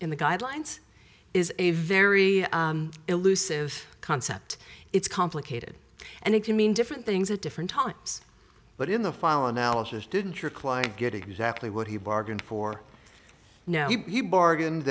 in the guidelines is a very elusive concept it's complicated and it can mean different things at different times but in the fall analysis didn't your client get exactly what he bargained for no he bargain